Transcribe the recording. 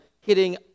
hitting